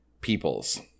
peoples